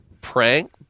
prank